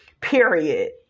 period